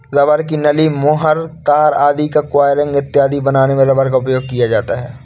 rubber की नली, मुहर, तार आदि का कवरिंग इत्यादि बनाने में रबर का उपयोग होता है